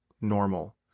normal